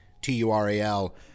T-U-R-A-L